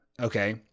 Okay